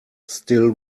still